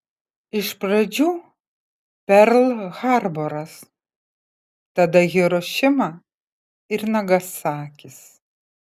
iš pradžių perl harboras tada hirošima ir nagasakis